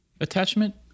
attachment